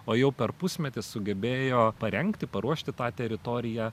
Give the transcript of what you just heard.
o jau per pusmetį sugebėjo parengti paruošti tą teritoriją